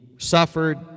suffered